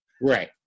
Right